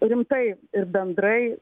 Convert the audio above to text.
rimtai ir bendrai